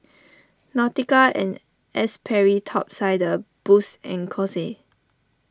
Nautica and Sperry Top Sider Boost and Kose